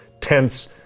tense